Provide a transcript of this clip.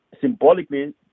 symbolically